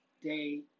day